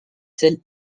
celles